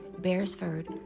Beresford